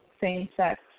same-sex